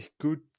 good